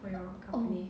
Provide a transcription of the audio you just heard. oh